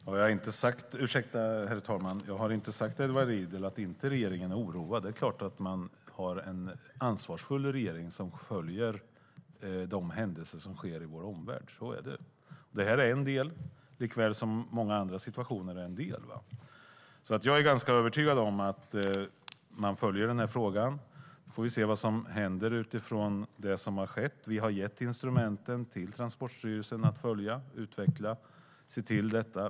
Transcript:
Herr talman! Jag har inte sagt till Edward Riedl att regeringen inte är oroad. Det är klart att vi har en ansvarsfull regering som följer händelserna i vår omvärld. Så är det. Det här är en del, liksom många andra situationer är en del. Jag är ganska övertygad om att man följer den här frågan, och så får vi se vad som händer utifrån det som har skett. Vi har gett instrumenten till Transportstyrelsen att följa, utveckla och se till detta.